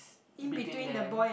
between them